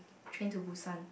Train-to-Busan